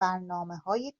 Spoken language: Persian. برنامههای